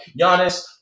Giannis